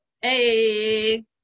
Hey